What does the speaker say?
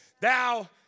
Thou